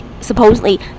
supposedly